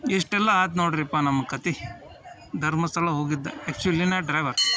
ಇಷ್ಟೆಲ್ಲ ಆತು ನೋಡಿರಿಪ್ಪ ನಮ್ಮ ಕತೆ ಧರ್ಮಸ್ಥಳ ಹೋಗಿದ್ದು ಆ್ಯಕ್ಚುಲಿ ನಾ ಡ್ರೈವರ್